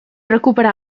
recuperar